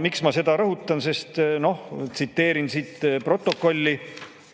Miks ma seda rõhutan? Tsiteerin protokolli,